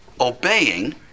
obeying